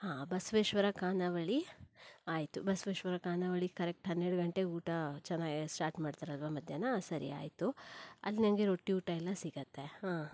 ಹಾಂ ಬಸವೇಶ್ವರ ಖಾನಾವಳಿ ಆಯಿತು ಬಸವೇಶ್ವರ ಖಾನಾವಳಿ ಕರೆಕ್ಟ್ ಹನ್ನೆರಡು ಗಂಟೆಗೆ ಊಟ ಚನ್ನಾ ಸ್ಟಾರ್ಟ್ ಮಾಡ್ತಾರಲ್ವಾ ಮಧ್ಯಾಹ್ನ ಸರಿ ಆಯಿತು ಅಲ್ಲಿ ನನಗೆ ರೊಟ್ಟಿ ಊಟ ಎಲ್ಲ ಸಿಗತ್ತೆ ಹಾಂ